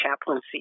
chaplaincy